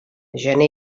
gener